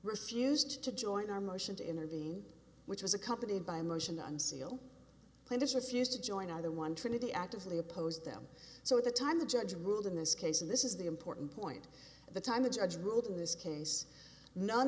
refused to join our motion to intervene which was accompanied by a motion to unseal plaintiffs refused to join either one trinity actively opposed them so at the time the judge ruled in this case and this is the important point at the time the judge ruled in this case none